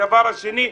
הדבר השני,